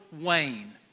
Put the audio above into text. Wayne